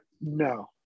No